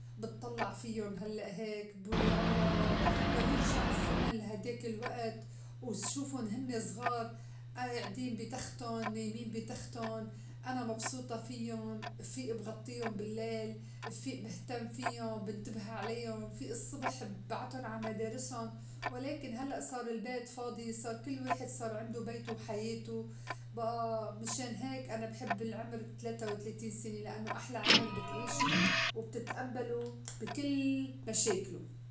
بطلّع فين هلّأ هيك وبئول يا الله لو يرجع الزّمن لهديك الوئت وشوفن هنّي زغار آعدين بي تختُن نايمين بي تختُن أنا مبسوطة فيُّن فا بغطّيُن باللّيل بفيئ بهتم فيّن بنتبه عليّن بفيئ الصّبح ببعتن على مدارِسُن، ولكن هلّئ صار البيت فاضي صار كل واحد صار عندو بيتو وحياتو بئى مِشان هيك أنا بحب عمر التليتا وتلاتين سنة لإنّو أحلى عِمر بتعيشو وبتتئبّلو بي كل مشاكلو.